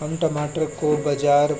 हम टमाटर को बाजार